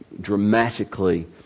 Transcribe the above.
dramatically